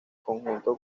conjunto